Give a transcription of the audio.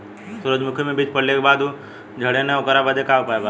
सुरजमुखी मे बीज पड़ले के बाद ऊ झंडेन ओकरा बदे का उपाय बा?